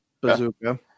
Bazooka